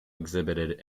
exhibited